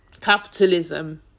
capitalism